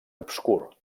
obscur